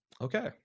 Okay